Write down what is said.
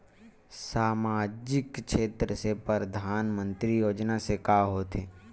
सामजिक क्षेत्र से परधानमंतरी योजना से का होथे?